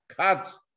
cuts